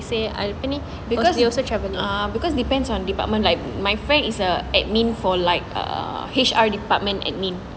because depends on department like my friend is a admin for like err H_R department admin